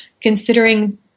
considering